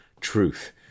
truth